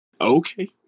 Okay